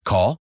Call